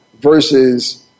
versus